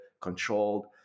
controlled